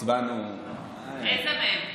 איזה מהם?